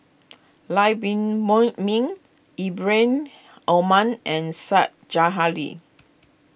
Lam Pin Moy Min Ibrahim Omar and Said Zahari